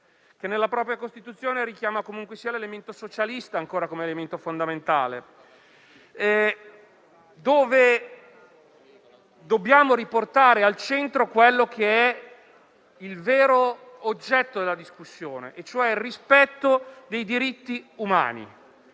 che nella propria Costituzione richiama comunque ancora l'elemento socialista come fondamentale. Dobbiamo riportare al centro il vero oggetto della discussione, cioè il rispetto dei diritti umani,